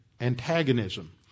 antagonism